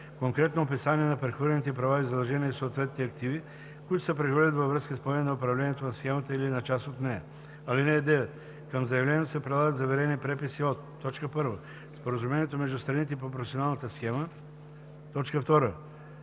конкретно описание на прехвърляните права и задължения и съответните активи, които се прехвърлят във връзка с поемане на управлението на схемата или на част от нея. (9) Към заявлението се прилагат заверени преписи от: 1. споразумението между страните по професионалната схема; 2.